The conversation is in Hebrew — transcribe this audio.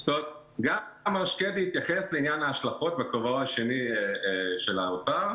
זאת אומרת גם מר שקדי התייחס להשלכות בכובעו השני של האוצר,